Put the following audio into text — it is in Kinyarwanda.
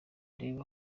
reba